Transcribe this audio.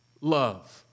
love